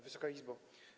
Wysoka Izbo!